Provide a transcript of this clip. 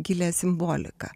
gilią simboliką